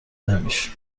نمیشیم